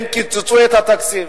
הם קיצצו את התקציב.